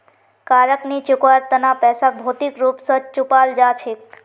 कारक नी चुकवार तना पैसाक भौतिक रूप स चुपाल जा छेक